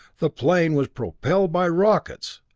the plane was propelled by rockets!